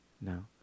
no